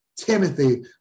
Timothy